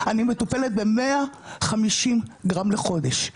אני מטופלת ב-150 גרם לחודש,